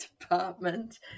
department